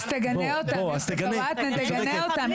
אז תגנה אותם, יוסף עטאונה, תגנה אותם.